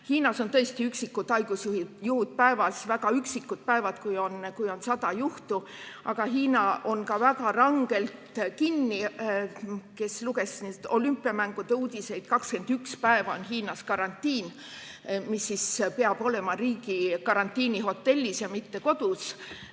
Hiinas on tõesti üksikud haigusjuhud päevas, on väga üksikud päevad, kui on 100 juhtu, aga Hiina on ka väga rangelt kinni. Kes luges olümpiamängude uudiseid, siis 21 päeva on Hiinas karantiin. Nii kaua peab olema riigi karantiinihotellis, mitte kodus.